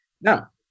Now